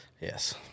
Yes